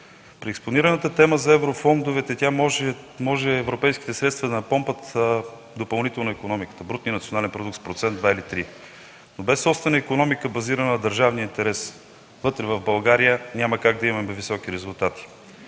Преекспонираната тема за еврофондовете – може европейските средства да напомпат допълнително икономиката, брутния национален продукт с процент, два или три, но без собствена икономика, базирана на държавния интерес вътре, в България, няма как да имаме високи резултати.